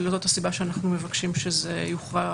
וזאת הסיבה שאנחנו מבקשים שזה יוכרע